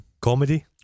Comedy